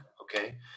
Okay